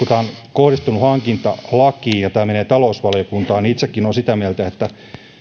kohdistunut hankintalakiin ja tämä menee talousvaliokuntaan niin itsekin olen sitä mieltä että